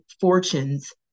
fortunes